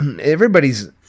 Everybody's